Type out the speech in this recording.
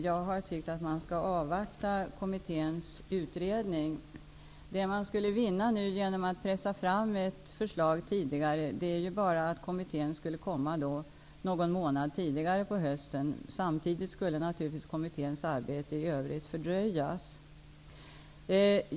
Jag har tyckt att man skall avvakta kommitténs utredning. Det man skulle vinna genom att nu pressa fram ett förslag är ju bara att kommittén skulle komma med det någon månad tidigare på hösten. Samtidigt skulle naturligtvis kommitténs arbete i övrigt fördröjas.